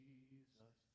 Jesus